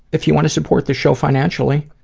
if you want to support the show financially,